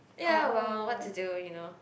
ya well what to do you know